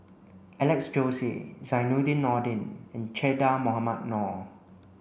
Alex Josey Zainudin Nordin and Che Dah Mohamed Noor